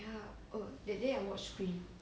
ya oh that day I watched scream